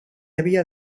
havia